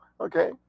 Okay